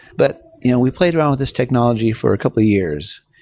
but you know we played around with this technology for a couple of years.